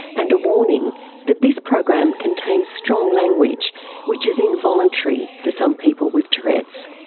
and a warning that this program contains strong language which is involuntary for some people with tourette's.